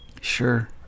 Sure